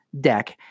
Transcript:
deck